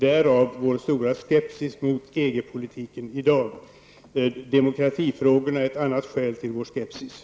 Därav vår stora skepsis mot EG-politiken i dag. Demokratifrågorna är ett annat skäl till vår skepsis.